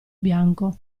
bianco